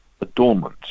adornment